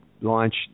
launch